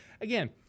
again